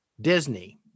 Disney